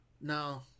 No